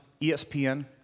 ESPN